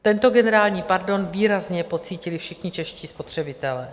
Tento generální pardon výrazně pocítili všichni čeští spotřebitelé.